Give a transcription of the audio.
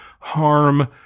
harm